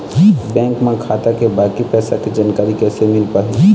Bank म खाता के बाकी पैसा के जानकारी कैसे मिल पाही?